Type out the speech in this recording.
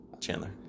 Chandler